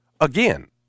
again